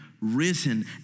risen